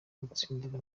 gutsindira